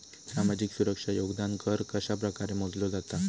सामाजिक सुरक्षा योगदान कर कशाप्रकारे मोजलो जाता